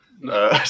no